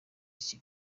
iki